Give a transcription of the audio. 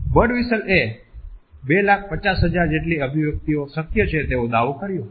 Birdwhistell એ 250000 જેટલી અભિવ્યક્તિઓ શક્ય છે તેવો દાવો કર્યો હતો